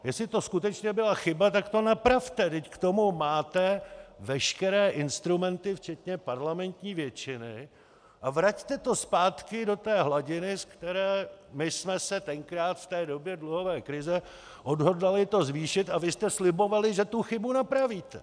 Jestli to skutečně byla chyba, tak to napravte, vždyť k tomu máte veškeré instrumenty včetně parlamentní většiny, a vraťte to zpátky do té hladiny, z které my jsme se tenkrát, v té době dluhové krize, odhodlali to zvýšit, a vy jste slibovali, že tu chybu napravíte.